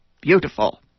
beautiful